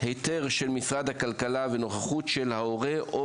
היתר של משרד הכלכלה ונוכחות של ההורה או